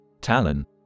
Talon